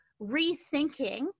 rethinking